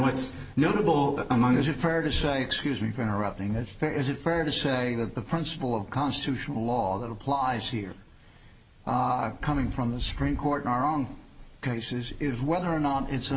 what's notable among is it fair to show excuse me for interrupting that fair is it fair to say that the principle of constitutional law that applies here coming from the supreme court in our own cases is whether or not it's a